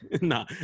No